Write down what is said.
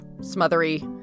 smothery